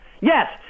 Yes